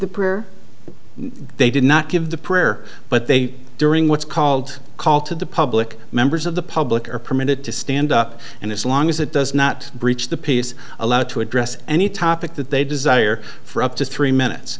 the prayer they did not give the prayer but they during what's called a call to the public members of the public are permitted to stand up and as long as it does not breach the peace allowed to address any topic that they desire for up to three minutes